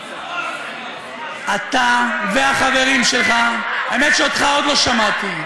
אתה והחברים שלך, האמת שאותך עוד לא שמעתי,